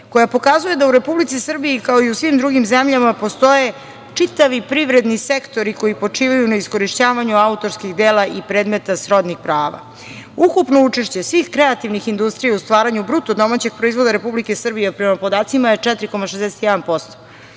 koja pokazuje da u Republici Srbiji, kao i u svim zemljama postoje čitavi privredni sektori koji počivaju na iskorišćavanju autorskih dela i predmeta srodnih prava. Ukupno učešće svih kreativnih industrija u stvaranju BDP Republike Srbije prema podacima je 4,61%.